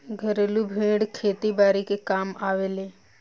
घरेलु भेड़ खेती बारी के कामे आवेले